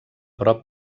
prop